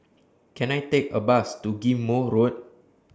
Can I Take A Bus to Ghim Moh Road